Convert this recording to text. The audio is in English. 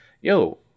yo